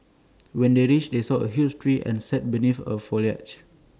when they reached they saw A huge tree and sat beneath the foliage